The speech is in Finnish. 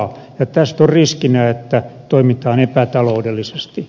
tästä on riskinä että toimitaan epätaloudellisesti